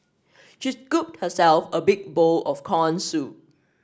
she scooped herself a big bowl of corn soup